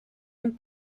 and